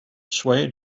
swayed